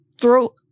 throw